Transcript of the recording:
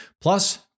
plus